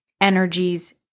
energies